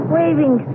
Waving